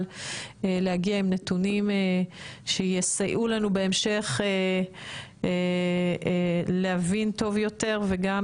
להגיע עם נתונים שיסייעו לנו בהמשך להבין טוב יותר וגם